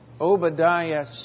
Obadiah